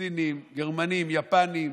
סינים, גרמנים, יפנים,